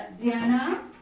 Diana